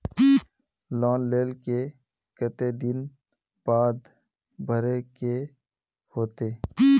Loan लेल के केते दिन बाद भरे के होते?